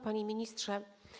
Panie Ministrze!